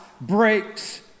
breaks